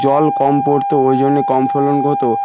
জল কম পড়তো ওই জন্য কম ফলন হতো